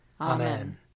Amen